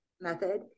method